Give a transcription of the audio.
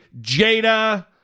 Jada